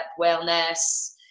wellness